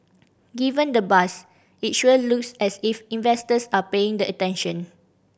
given the buzz it sure looks as if investors are paying attention